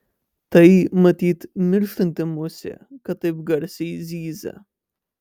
tai matyt mirštanti musė kad taip garsiai zyzia